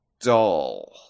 dull